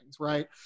Right